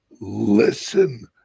listen